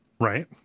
Right